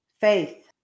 faith